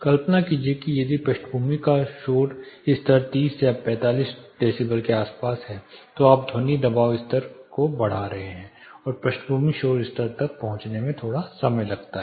कल्पना कीजिए कि यदि पृष्ठभूमि का शोर स्तर 30 या 35 डेसिबल के आसपास है तो आप ध्वनि दबाव स्तर को बढ़ा रहे हैं और पृष्ठभूमि शोर स्तर तक पहुंचने में थोड़ा समय लगता है